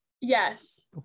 Yes